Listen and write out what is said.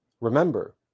Remember